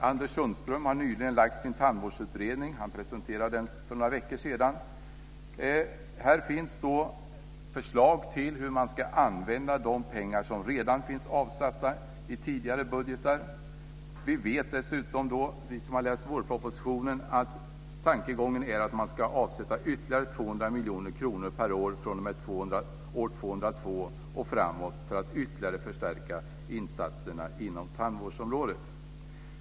Anders Sundström har nyligen lagt fram sin tandvårdsutredning. Han presenterade den för några veckor sedan. Här finns förslag till hur man ska använda de pengar som redan finns avsatta i tidigare budgetar. Vi som har läst vårpropositionen vet dessutom att tankegången är att man ska avsätta ytterligare 200 miljoner kronor per år fr.o.m. år 2002 och framåt för att ytterligare förstärka insatserna inom tandvårdsområdet.